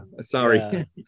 Sorry